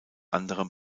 anderem